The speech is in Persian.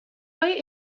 های